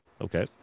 Okay